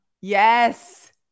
Yes